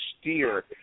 steer